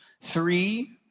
Three